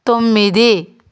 తొమ్మిది